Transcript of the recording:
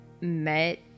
met